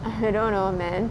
I don't know man